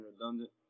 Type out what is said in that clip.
redundant